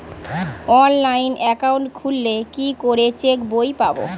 Online account খুললে কি করে চেক বই পাব?